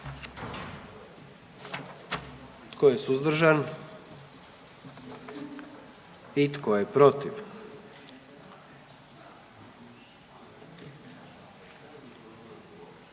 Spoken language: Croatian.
Tko je suzdržan? I tko je protiv?